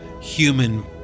human